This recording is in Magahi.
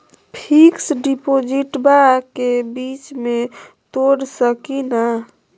फिक्स डिपोजिटबा के बीच में तोड़ सकी ना?